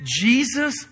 Jesus